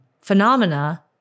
phenomena